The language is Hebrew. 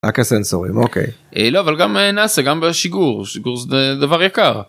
רק הסנסורים אוקיי. לא אבל גם נאסא, גם בשיגור, שיגור זה דבר יקר.